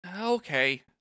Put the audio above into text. Okay